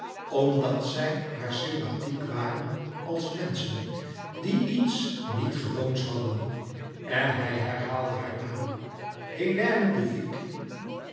omdat zij haar sympathiek waren als menschen die iets niet gewoons hadden en hij herhaalde haar naam hélène